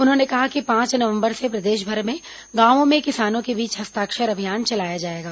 उन्होंने कहा कि पांच नवंबर से प्रदेशभर के गांवों में किसानों के बीच हस्ताक्षर अभियान चलाया जाएगा